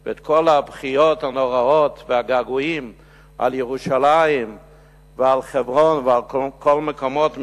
ואת כל הבכיות הנוראות והגעגועים על ירושלים ועל חברון ועל כל המקומות,